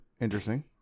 Interesting